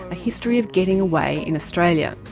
a history of getting away in australia',